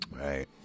Right